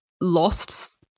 lost